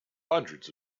hundreds